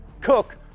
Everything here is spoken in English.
Cook